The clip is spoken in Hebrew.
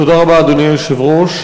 תודה רבה, אדוני היושב-ראש.